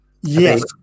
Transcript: Yes